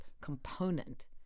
component